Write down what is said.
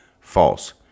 false